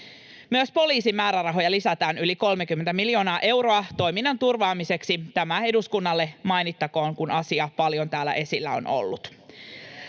Myös poliisin määrärahoja lisätään yli 30 miljoonaa euroa toiminnan turvaamiseksi — tämä eduskunnalle mainittakoon, kun asia on ollut täällä paljon esillä.